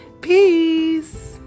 Peace